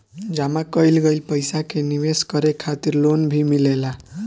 जामा कईल गईल पईसा के निवेश करे खातिर लोन भी मिलेला